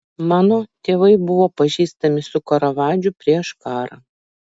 mano tėvai buvo pažįstami su karavadžu prieš karą